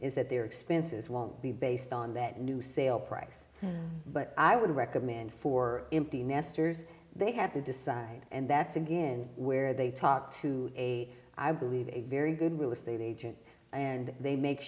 that their expenses won't be based on that new sale price but i would recommend for empty nesters they have to decide and that's again where they talk to a i believe a very good real estate agent and they make